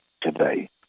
today